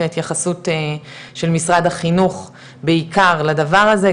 ההתייחסות של משרד החינוך בעיקר לדבר הזה,